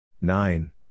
Nine